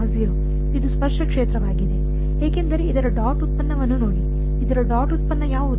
ಇದು ಸ್ಪರ್ಶ ಕ್ಷೇತ್ರವಾಗಿದೆ ಏಕೆಂದರೆ ಇದರ ಡಾಟ್ ಉತ್ಪನ್ನವನ್ನು ನೋಡಿ ಇದರ ಡಾಟ್ ಉತ್ಪನ್ನ ಯಾವುದು